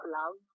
love